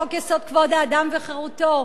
חוק-יסוד: כבוד האדם וחירותו,